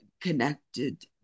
connected